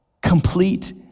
complete